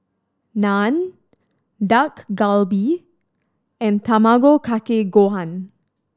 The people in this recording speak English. Naan Dak Galbi and Tamago Kake Gohan